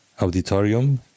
auditorium